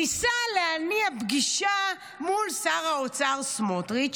ניסה להניע פגישה מול שר האוצר סמוטריץ',